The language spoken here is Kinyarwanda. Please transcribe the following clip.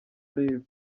areba